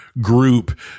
group